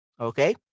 okay